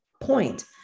point